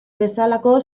bezalako